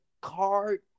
card